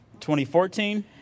2014